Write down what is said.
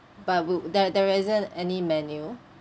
but wou~ there there isn't any menu